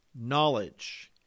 knowledge